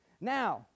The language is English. Now